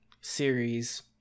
series